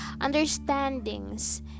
understandings